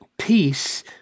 Peace